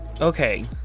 Okay